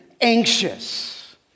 anxious